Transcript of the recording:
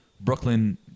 brooklyn